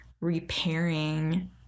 repairing